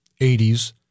80s